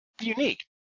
unique